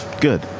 Good